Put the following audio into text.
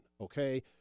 okay